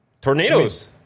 Tornadoes